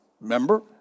member